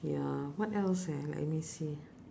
ya what else eh let me see